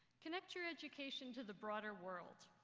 connect your education to the broader world.